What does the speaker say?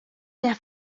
der